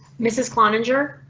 mrs. kline injure.